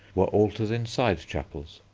were altars in side-chapels,